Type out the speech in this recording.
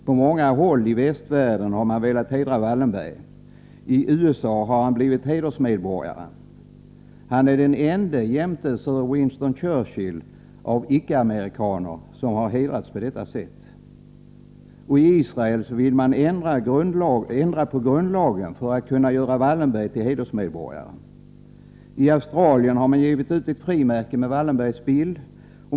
På många håll i västvärlden har man velat hedra Wallenberg. I USA har han blivit hedersmedborgare. Han är den ende jämte sir Winston Churchill av icke-amerikaner som hedrats på detta sätt. I Israel ville man ändra på grundlagen för att kunna göra Wallenberg till hedersmedborgare. I Australien har man givit ut ett frimärke med Wallenbergs bild.